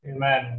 Amen